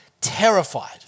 terrified